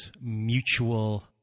mutual